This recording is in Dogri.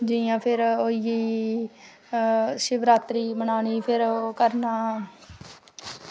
जियां फिर होई गेई शिवरात्री बनानी फिर ओह् करना